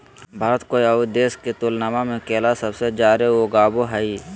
भारत कोय आउ देश के तुलनबा में केला सबसे जाड़े उगाबो हइ